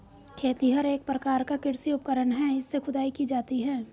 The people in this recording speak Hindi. खेतिहर एक प्रकार का कृषि उपकरण है इससे खुदाई की जाती है